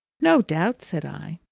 no doubt, said i.